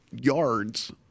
yards